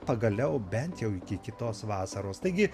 pagaliau bent jau iki kitos vasaros taigi